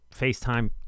FaceTime